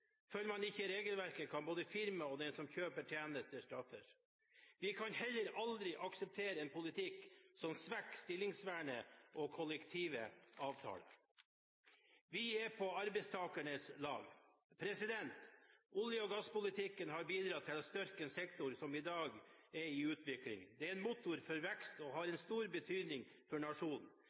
Følger man ikke regelverket kan både firmaet og den som kjøper tjenester, straffes. Vi kan heller aldri akseptere en politikk som svekker stillingsvernet og kollektive avtaler. Vi er på arbeidstakernes lag. Olje- og gasspolitikken har bidratt til å styrke en sektor som i dag er i utvikling. Det er en motor for vekst og har stor betydning for nasjonen.